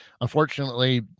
Unfortunately